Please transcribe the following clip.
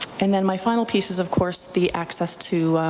and then my final piece, of course, the access to,